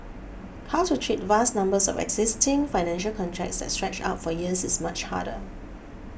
how to treat vast numbers of existing financial contracts that stretch out for years is much harder